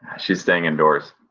she's staying indoors.